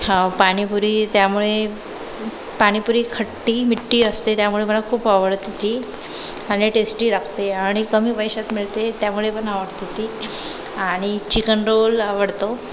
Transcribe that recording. हो पाणीपुरी त्यामुळे पाणीपुरी खट्टी मिट्टी असते त्यामुळे मला खूप आवडते ती आणि टेस्टी लागते आणि कमी पैशात मिळते त्यामुळे पण आवडते ती आणि चिकन रोल आवडतो